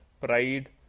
pride